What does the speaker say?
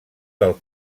del